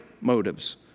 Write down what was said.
motives